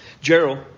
Gerald